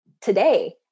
today